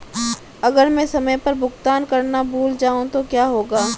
अगर मैं समय पर भुगतान करना भूल जाऊं तो क्या होगा?